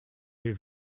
vais